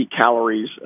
calories